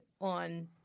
on